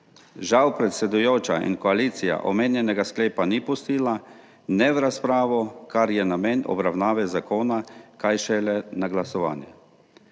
Žal predsedujoča in koalicija omenjenega sklepa ni pustila ne v razpravo, kar je namen obravnave zakona, kaj šele na glasovanje.